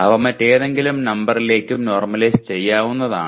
അവ മറ്റേതെങ്കിലും നമ്പറിലേക്കും നോർമലൈസ് ചെയ്യാവുന്നതാണ്